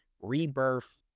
rebirth